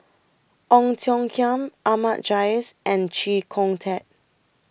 Ong Tiong Khiam Ahmad Jais and Chee Kong Tet